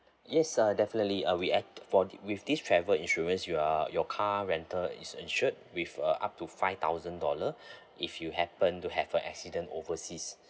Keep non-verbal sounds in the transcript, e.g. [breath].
yes uh definitely uh we act~ for the with this travel insurance you are your car rental is insured with uh up to five thousand dollar [breath] if you happen to have a accident overseas